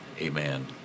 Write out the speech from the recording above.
amen